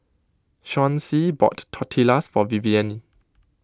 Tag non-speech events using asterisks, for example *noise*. Chauncy bought Tortillas for Vivienne *noise*